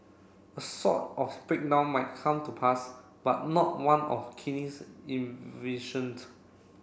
a sort of breakdown might come to pass but not one of Keynes envisioned